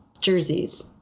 jerseys